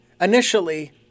initially